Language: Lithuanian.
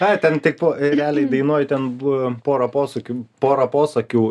ai ten tik realiai dainuoju ten pora posukių porą posakių